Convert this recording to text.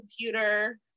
computer